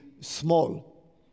small